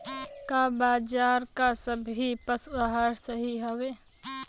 का बाजार क सभी पशु आहार सही हवें?